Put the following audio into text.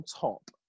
top